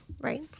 Right